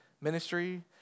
ministry